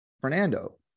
fernando